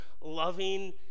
loving